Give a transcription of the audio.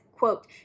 Quote